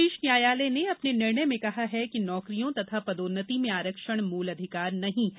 शीर्ष न्यायालय ने अपने निर्णय में कहा है कि नौकरियों तथा पदोन्नति में आरक्षण मूल अधिकार नहीं है